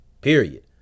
Period